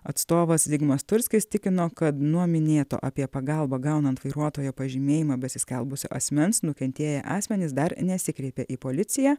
atstovas zigmas turskis tikino kad nuo minėto apie pagalbą gaunant vairuotojo pažymėjimą besiskelbusio asmens nukentėję asmenys dar nesikreipė į policiją